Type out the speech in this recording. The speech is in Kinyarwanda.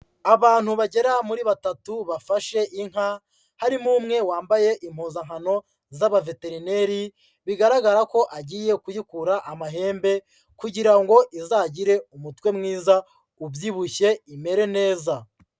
Abantu bagera muri batatu bafashe inka, harimo umwe wambaye impuzankano z'abaveterineri, bigaragara ko agiye kuyikura amahembe kugira ngo izagire umutwe mwiza ubyibushye imere neza.